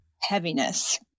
heaviness